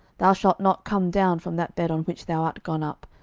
thou shalt not come down from that bed on which thou art gone up,